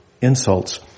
insults